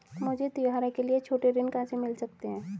मुझे त्योहारों के लिए छोटे ऋण कहां से मिल सकते हैं?